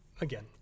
again